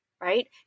right